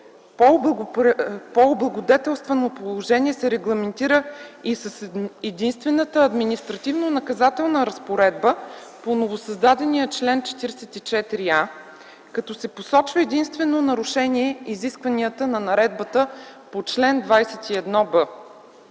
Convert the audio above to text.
По-облагодетелствано положение се регламентира и с единствената административнонаказателна разпоредба по новосъздадения чл. 44а, като се посочва единствено нарушение на наредбата по чл. 21б.